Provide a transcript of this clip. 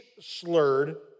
slurred